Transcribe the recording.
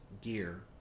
gear